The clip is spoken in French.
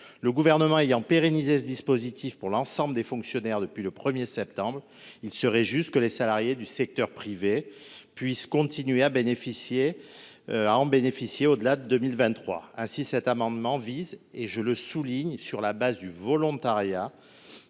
Le Gouvernement ayant pérennisé ce dispositif pour l’ensemble des fonctionnaires depuis le 1 septembre dernier, il serait juste que les salariés du secteur privé puissent continuer d’en bénéficier au delà de 2023. Ainsi, sur la base du volontariat